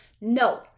No